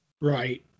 Right